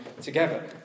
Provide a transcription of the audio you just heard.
together